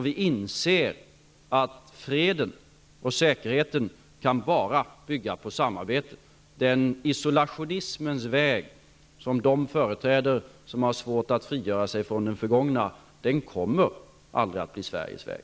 Vi inser att freden och säkerheten bara kan bygga på samarbete. Den isolationismens väg som de företräder som har svårt att frigöra sig från det förgångna kommer aldrig att bli Sveriges väg.